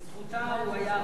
בזכותה הוא היה הרב אלישיב.